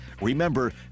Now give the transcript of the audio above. Remember